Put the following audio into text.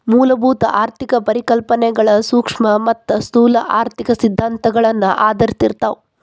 ಮೂಲಭೂತ ಆರ್ಥಿಕ ಪರಿಕಲ್ಪನೆಗಳ ಸೂಕ್ಷ್ಮ ಮತ್ತ ಸ್ಥೂಲ ಆರ್ಥಿಕ ಸಿದ್ಧಾಂತಗಳನ್ನ ಆಧರಿಸಿರ್ತಾವ